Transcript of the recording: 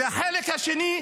והחלק השני,